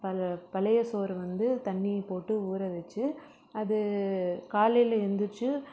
பழ பழைய சோறு வந்து தண்ணி போட்டு ஊற வச்சு அது காலையில் எழுந்திரிச்சி